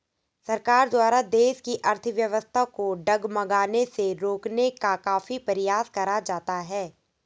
सरकार द्वारा देश की अर्थव्यवस्था को डगमगाने से रोकने का काफी प्रयास करा जाता है